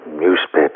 newspaper